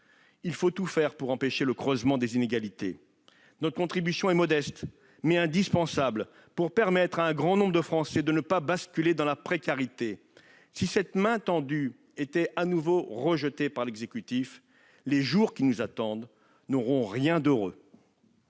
il faut tout faire pour empêcher le creusement des inégalités. Notre contribution est modeste, mais indispensable pour permettre à un grand nombre de Français de ne pas basculer dans la précarité. Si cette main tendue est à nouveau rejetée par l'exécutif, les jours qui nous attendent n'auront rien d'heureux.